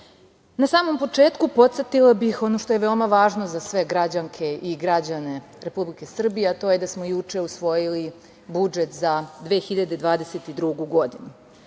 samom početku, podsetila bih ono što je veoma važno za sve građanke i građane Republike Srbije, a to je da smo juče usvojili budžet za 2022. godinu.